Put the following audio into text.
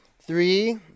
Three